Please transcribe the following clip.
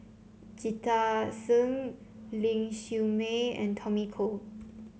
Jita Singh Ling Siew May and Tommy Koh